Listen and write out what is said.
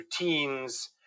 routines